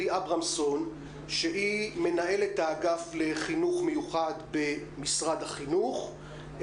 אברמזון מנהלת האגף לחינוך מיוחד במשרד החינוך.